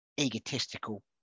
egotistical